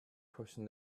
crossing